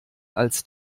als